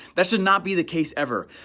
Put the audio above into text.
that should not be the case ever.